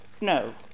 No